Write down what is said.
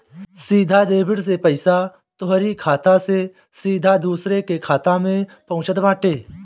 सीधा डेबिट से पईसा तोहरी खाता से सीधा दूसरा के खाता में पहुँचत बाटे